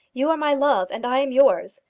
you are my love and i am yours.